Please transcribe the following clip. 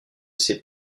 s’est